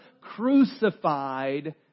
crucified